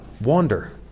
wander